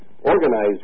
organized